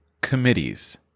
committees